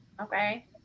Okay